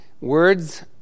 Words